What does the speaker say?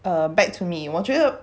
uh back to me 我觉得